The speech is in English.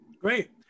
Great